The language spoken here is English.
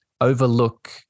overlook